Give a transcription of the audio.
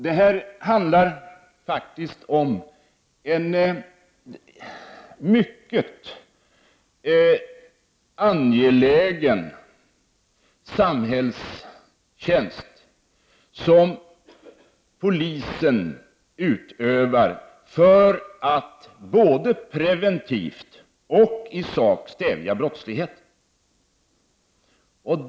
Debatten handlar faktiskt om en mycket angelägen samhällstjänst som polisen utövar för att både preventivt och i sak stävja brottsligheten.